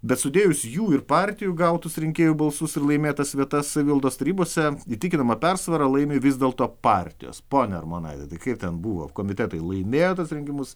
bet sudėjus jų ir partijų gautus rinkėjų balsus ir laimėtas vietas savivaldos tarybose įtikinama persvara laimi vis dėlto partijos ponia armonaite tai kaip ten buvo komitetai laimėjo tuos rinkimus